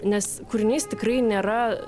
nes kūrinys tikrai nėra